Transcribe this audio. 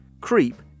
Creep